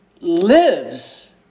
lives